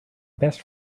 best